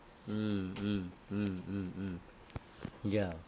mm mm mm mm mm ya